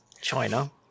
China